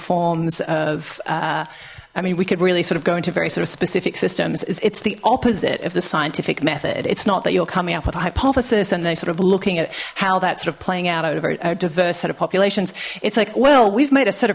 forms of i mean we could really sort of go into very sort of specific systems it's the opposite of the scientific method it's not that you're coming up with a hypothesis and they sort of looking at how that sort of playing out over a diverse set of populations it's like well we've made a set of